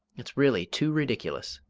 it's really too ridiculous!